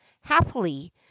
happily